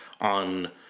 on